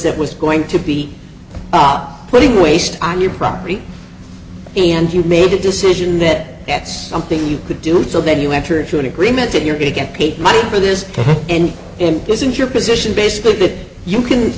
that was going to be putting waste on your property and you made a decision that it's something you could do and so then you enter into an agreement that you're going to get paid for this and and this is your position basically bit you can